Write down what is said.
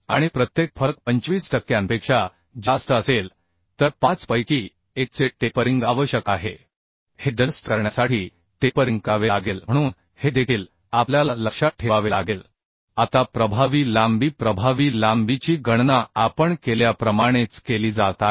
आणि प्रत्येक फरक 25 टक्क्यांपेक्षा जास्त असेल तर 5 पैकी 1 चे टेपरिंग आवश्यक आहे हे एडजस्ट करण्यासाठी टेपरिंग करावे लागेल म्हणून हे देखील आपल्याला लक्षात ठेवावे लागेल आता प्रभावी लांबी प्रभावी लांबीची गणना आपण केल्याप्रमाणेच केली जात आहे